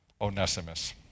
onesimus